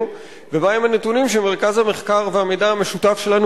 ומהם הנתונים שמרכז המחקר והמידע המשותף שלנו